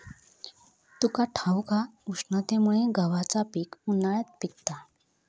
तुका ठाऊक हा, उष्णतेमुळे गव्हाचा पीक उन्हाळ्यात पिकता